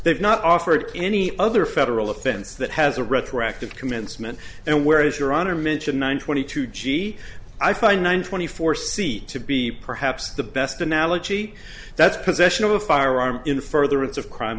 they've not offered any other federal offense that has a retroactive commencement and where is your honor mention one twenty two g i find nine twenty four c to be perhaps the best analogy that's possession of a firearm in furtherance of crime